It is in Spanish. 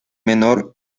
menor